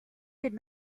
did